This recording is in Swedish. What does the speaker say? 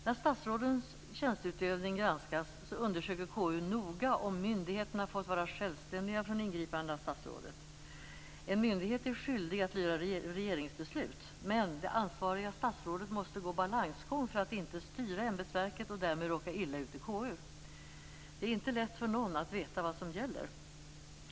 När statsrådens tjänsteutövning granskas, undersöker konstitutionsutskottet noga om myndigheterna har fått vara självständiga från ingripande av statsrådet. En myndighet är skyldig att lyda regeringsbeslut, men det ansvariga statsrådet måste gå balansgång för att inte styra ämbetsverket och därmed råka illa ut i konstitutionsutskottet. Det är inte lätt för någon att veta vad som gäller.